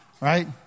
right